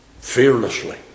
Fearlessly